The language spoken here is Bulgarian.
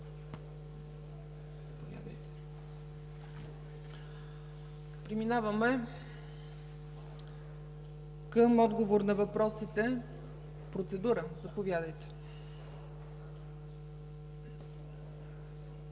Преминаваме към отговор на въпросите. Процедура – заповядайте.